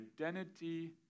identity